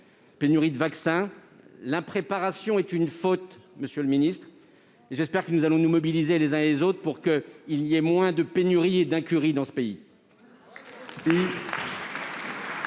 plus grave ... L'impréparation est une faute, monsieur le secrétaire d'État. J'espère que nous allons nous mobiliser, les uns et les autres, pour qu'il y ait moins de pénuries et d'incurie dans ce pays.